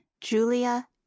Julia